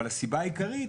אבל הסיבה העיקרית,